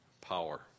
power